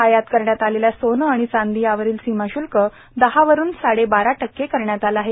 आयात करण्यात आलेल्या सोनं आणि चांदी यावरिल सीमा श्ल्क दहा वरून साडेबारा टक्के करण्यात आलं आहे